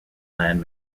land